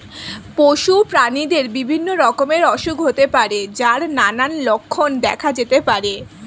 পশু প্রাণীদের বিভিন্ন রকমের অসুখ হতে পারে যার নানান লক্ষণ দেখা যেতে পারে